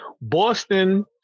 Boston